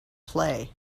play